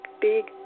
big